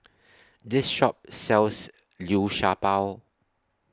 This Shop sells Liu Sha Bao